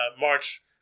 March